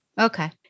Okay